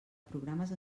programes